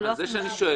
זה מה שאני שואל.